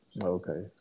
Okay